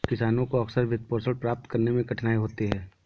किसानों को अक्सर वित्तपोषण प्राप्त करने में कठिनाई होती है